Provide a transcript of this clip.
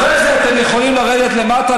אחרי זה אתם יכולים לרדת למטה,